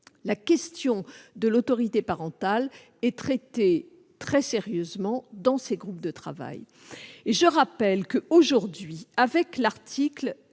La question de l'autorité parentale est traitée très sérieusement dans ces groupes de travail. Je le rappelle, l'article